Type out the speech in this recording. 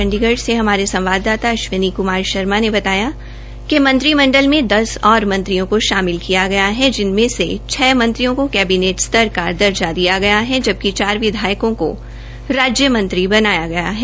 चंडीगढ़ से हमारे संवाददाता अश्विनी कुमार शर्मा ने बताया कि मंत्रिमंडल में दस और मंत्रियों को शामिल किया गया जिनमें से छ मंत्रियों को कैबिनेट स्तर का दर्जा दिया गया है जबकि चार विधायकों को राज्यमंत्री बनाया गया है